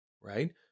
right